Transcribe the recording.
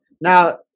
Now